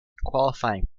qualifying